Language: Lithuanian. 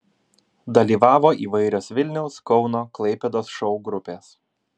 dalyvavo įvairios vilniaus kauno klaipėdos šou grupės